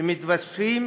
שמתווספים